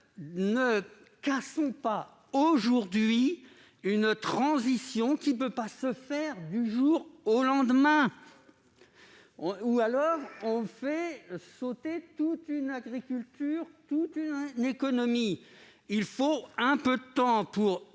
Ne cassons pas aujourd'hui une transition qui ne peut pas se faire du jour au lendemain, au risque de faire sauter toute une agriculture et toute une économie. Il faut un peu de temps pour